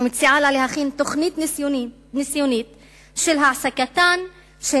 ומציעה לה להכין תוכנית ניסיונית להעסקתן של